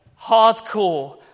hardcore